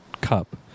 cup